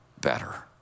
better